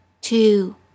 two